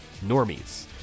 normies